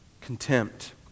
contempt